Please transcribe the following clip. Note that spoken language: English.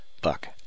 Buck